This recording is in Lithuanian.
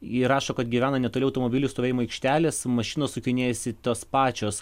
ji rašo kad gyvena netoli automobilių stovėjimo aikštelės mašinos sukinėjasi tos pačios